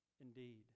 Indeed